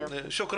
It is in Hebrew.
תודה